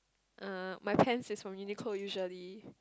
uh my pants is from Uniqlo usually